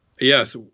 Yes